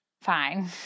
fine